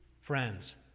friends